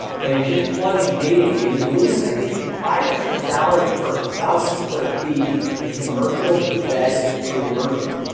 but he was just plugging dating. he was losing. i think five or six dollars per thousand square feet in commercial bed pre-emergent